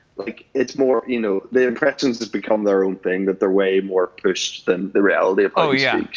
like, it's more you know, the impressions just become their own thing that they're way more pushed than the reality. oh, yeah.